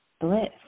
bliss